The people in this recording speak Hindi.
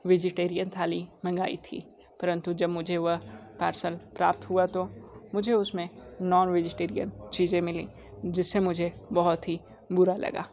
वेजीटेरियन थाली मंगाई थी परन्तु जब मुझे वह पार्सल प्राप्त हुआ तो मुझे उसमें नॉन वेजीटेरियन चीज़े मिली जिससे मुझे बहुत ही बुरा लगा